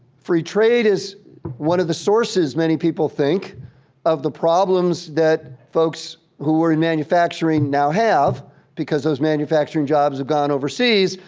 free trade is one of the sources many people think of the problems that folks who are in manufacturing now have because those manufacturing jobs have gone overseas.